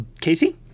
Casey